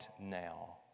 now